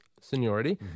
seniority